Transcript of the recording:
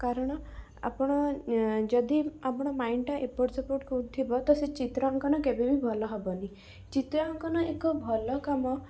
କାରଣ ଆପଣ ଯଦି ଆପଣ ମାଇଣ୍ଡଟା ଏପଟ ସେପଟ କରୁଥିବ ତ ସେ ଚିତ୍ରାଙ୍କନ କେବେ ବି ଭଲ ହବନି ଚିତ୍ରାଙ୍କନ ଏକ ଭଲ କାମ